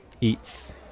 eats